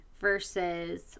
versus